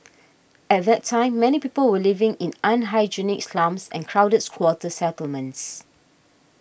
at that time many people were living in unhygienic slums and crowded squatter settlements